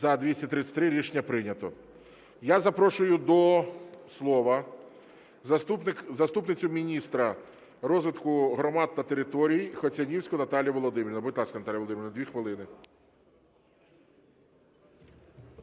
За-233 Рішення прийнято. Я запрошую до слова заступницю міністра розвитку громад та територій Хоцянівську Наталію Володимирівну. Будь ласка, Наталія Володимирівна, 2 хвилини.